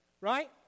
right